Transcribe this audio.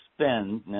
spend –